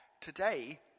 Today